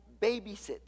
babysit